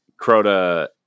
Crota